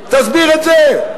תסביר את זה.